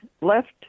left